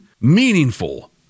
meaningful